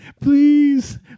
please